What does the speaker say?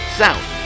south